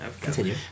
continue